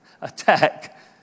attack